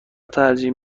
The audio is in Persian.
ترجیح